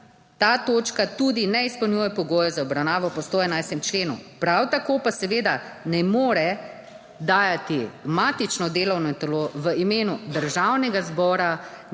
ta točka tudi ne izpolnjuje pogojev za obravnavo po 111. členu. Prav tako pa seveda ne more dajati matično delovno telo v imenu Državnega zbora